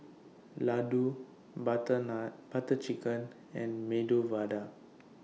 Ladoo Butter Chicken and Medu Vada